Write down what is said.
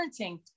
parenting